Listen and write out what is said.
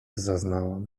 zaznałam